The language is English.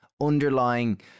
underlying